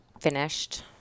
finished